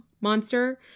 monster